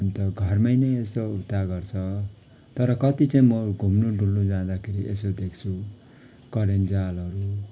अन्त घरमै नै यसो उता गर्छ तर कति चाहिँ म घुम्नु डुल्नु जाँदाखेरि यसो देख्छु करेन्ट जालहरू